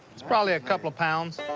it's probably a couple of pounds.